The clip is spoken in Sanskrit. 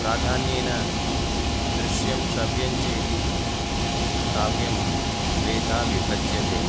प्राधान्येन दृश्यं श्रव्यञ्चेति काव्यं द्वेधा विभज्यते